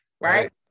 Right